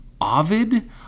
Ovid